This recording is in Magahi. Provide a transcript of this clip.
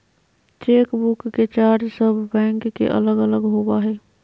चेकबुक के चार्ज सब बैंक के अलग अलग होबा हइ